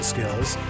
skills